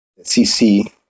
CC